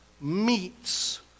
meets